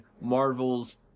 marvel's